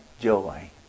joy